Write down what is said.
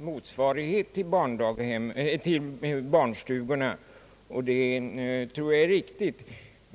motsvarighet till barnstugorna, och jag tror att det är en riktig uppfattning.